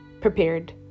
prepared